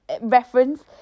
reference